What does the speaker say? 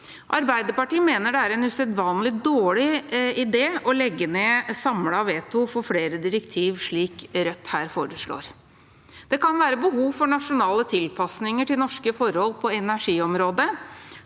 Arbeiderpartiet mener det er en usedvanlig dårlig idé å legge ned samlet veto for flere direktiv, slik Rødt her foreslår. Det kan være behov for nasjonale tilpasninger til norske forhold på energiområdet